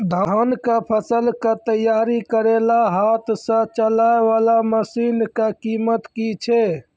धान कऽ फसल कऽ तैयारी करेला हाथ सऽ चलाय वाला मसीन कऽ कीमत की छै?